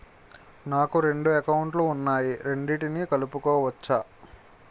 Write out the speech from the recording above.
నాకు రెండు అకౌంట్ లు ఉన్నాయి రెండిటినీ కలుపుకోవచ్చా?